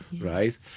right